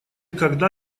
когда